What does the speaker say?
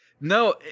no